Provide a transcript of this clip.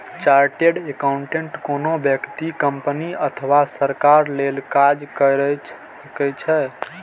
chartered accountant कोनो व्यक्ति, company अथवा सरकार लेल काज कैर सकै छै